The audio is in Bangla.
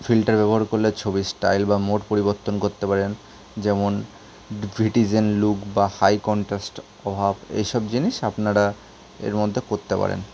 ফিল্টার ব্যবহার করলে ছবির স্টাইল বা মোড পরিবর্তন করতে পারেন যেমন ভিটিজেন লুক বা হাই কনট্রাস্ট অভাব এই সব জিনিস আপনারা এর মধ্যে করতে পারেন